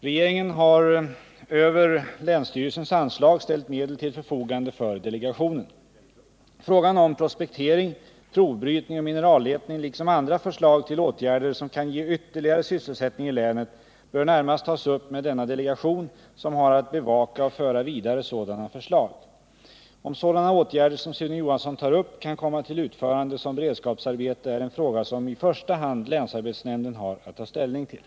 Regeringen har över länsstyrelsens anslag ställt medel till förfogande för delegationen. Frågan om projektering, provbrytning och mineralletning, liksom andra förslag till åtgärder som kan ge ytterligare sysselsättning i länet, bör närmast tas upp med denna delegation, som har att bevaka och föra vidare sådana förslag. Om sådana åtgärder som Sune Johansson tar upp kan komma till utförande som beredskapsarbete är en fråga som i första hand länsarbetsnämnden har att ta ställning till.